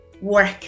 work